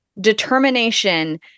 determination